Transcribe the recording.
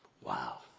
Wow